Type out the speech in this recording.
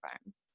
farms